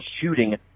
shooting